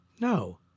No